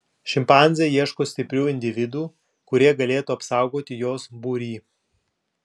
šimpanzė ieško stiprių individų kurie galėtų apsaugoti jos būrį